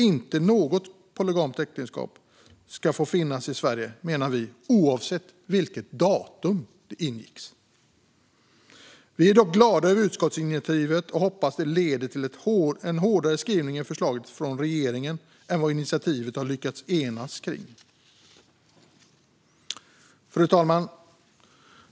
Inte något polygamt äktenskap ska få finnas i Sverige, menar vi, oavsett vilket datum det ingicks. Vi är glada över utskottsinitiativet och hoppas att det leder till en hårdare skrivning i förslaget från regeringen än vad initiativet har lyckats enas kring. Fru talman!